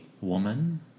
woman